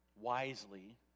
wisely